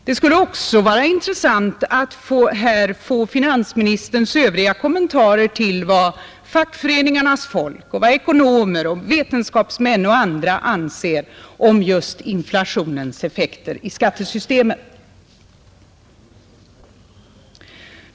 Det skulle också vara intressant att här få finansministerns övriga kommentarer till vad fackföreningarnas folk och vad ekonomer och vetenskapsmän och andra anser om just inflationens effekter i skattesystemet.